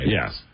Yes